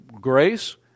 Grace